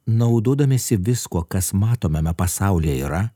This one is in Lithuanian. naudodamiesi viskuo kas matomame pasaulyje yra